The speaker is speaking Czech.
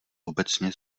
obecně